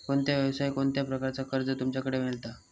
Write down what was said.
कोणत्या यवसाय कोणत्या प्रकारचा कर्ज तुमच्याकडे मेलता?